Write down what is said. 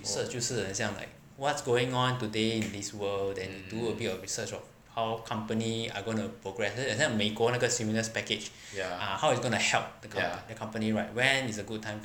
就是就是很像 like what's going on today in this world then do a bit of research of how company are gonna progress 很像很像美国那个 stimulus package ya how is going to help the com~ the company right when is a good time to